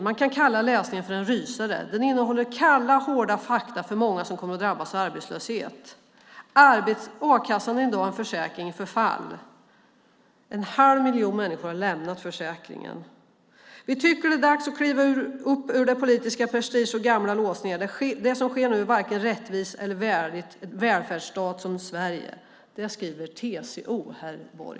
Man kan kalla läsningen för en rysare. Den innehåller kalla, hårda fakta för många som kommer att drabbas av arbetslöshet. - A-kassan är idag en försäkring i förfall. En halv miljon har lämnat försäkringen. - Vi tycker att det är dags att kliva ur politisk prestige och gamla låsningar. Det som sker nu är varken rättvist eller värdigt en välfärdsstat som Sverige." Det skriver TCO, herr Borg.